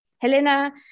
Helena